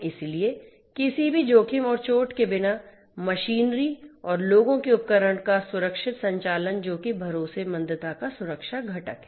इसलिए किसी भी जोखिम और चोट के बिना मशीनरी और लोगों के उपकरण का सुरक्षित संचालन जो कि भरोसेमंदता का सुरक्षा घटक है